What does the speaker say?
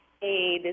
Hey